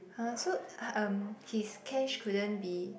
[huh] so um his cash couldn't be